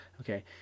Okay